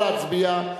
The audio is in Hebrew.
נא להצביע.